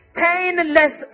Stainless